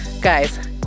guys